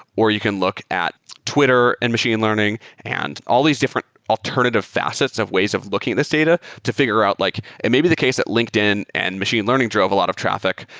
or you can look at twitter and machine learning and all these different alternative facets of ways of looking at this data to figure out like and maybe the case that linkedin and machine learning drove a lot of traffic,